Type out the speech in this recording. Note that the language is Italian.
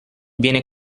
viene